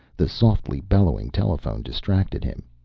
the softly bellowing telephone distracted him.